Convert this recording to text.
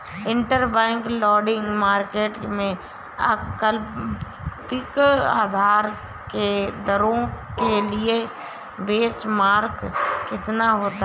Interbank lending market में अल्पकालिक उधार दरों के लिए बेंचमार्क कितना होता है?